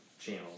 channel